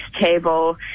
table